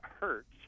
hurts